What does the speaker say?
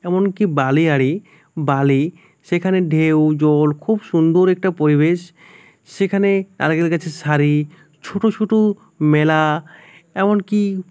এমনকি বালিয়াড়ি বালি সেখানে ঢেউ জল খুব সুন্দর একটা পরিবেশ সেখানে নারকেল গাছের সারি ছোট ছোট মেলা এমনকি